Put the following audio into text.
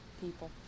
People